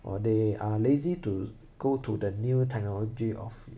or they are lazy to go to the new technology of